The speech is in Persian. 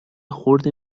خرد